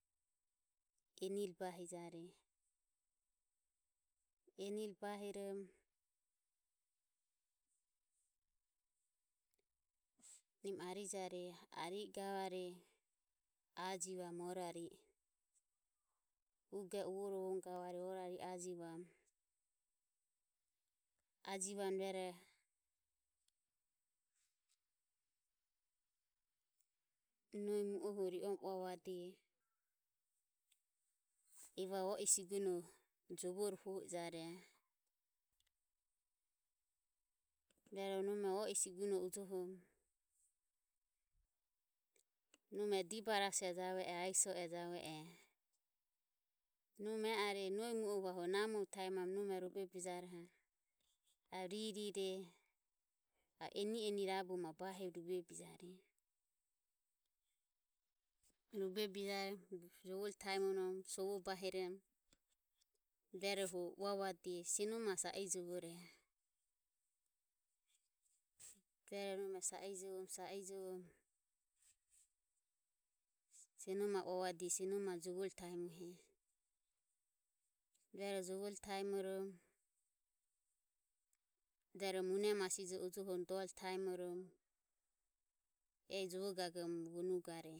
Enire bahijareje enire bahirom nim arijare ari i gavare ajivam orari ugero uvorovamu gavareje orari o ajivamu, ajivamu rueroho nohi mu o huro ri orom uavuade. Evare o i sigunoho jovore huo e jare. Rueroho nome o i sigune ujohorom nome dibarasiero javue ero aiso e javue ero nome e are nohi mu o hu ajio namore taemamu nome ruvebijaroho ave ririre eni eni rabu ma bahibe ruvebijare. Ruvebijaroho jovore taemorom sovo bahirom ruero hu uavuade: seno maho sa ijovore ruero nome sa ijovorom sa ijovorom senoma uavuade: senoma jovore taemore ruero jovore taemare rueroho mune masijo ujohorom dore taemarom ehi jovo gagore vonugare.